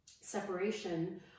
separation